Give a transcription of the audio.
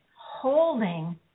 holding